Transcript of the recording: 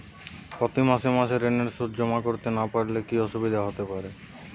প্রতি মাসে মাসে ঋণের সুদ জমা করতে না পারলে কি অসুবিধা হতে পারে?